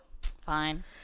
Fine